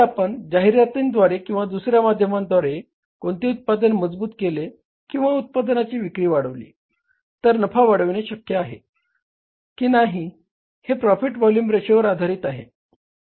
जर आपण जाहिरातींद्वारे किंवा दुसर्या माध्यमांद्वारे कोणतेही उत्पादन मजबूत केले किंवा उत्पादनाची विक्री वाढविली तर नफा वाढविणे शक्य आहे की नाही आणि हे प्रॉफिट टू व्हॉल्युम रेशोवर आधारित आहे